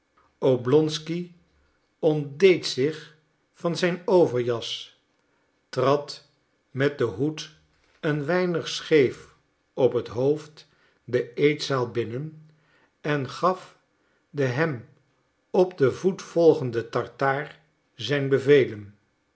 oblonsky ontdeed zich van zijn overjas trad met den hoed een weinig scheef op het hoofd de eetzaal binnen en gaf den hem op den voet volgenden tartaar zijn bevelen